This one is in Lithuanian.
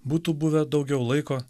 būtų buvę daugiau laiko